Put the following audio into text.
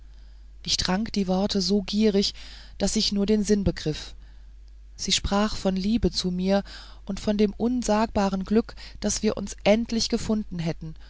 ich trank die worte so gierig daß ich nur den sinn begriff sie sprach von liebe zu mir und von dem unsagbaren glück daß wir uns endlich gefunden hätten